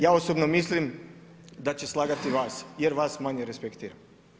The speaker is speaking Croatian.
Ja osobno mislim da će slagati vas jer vas manje respektira.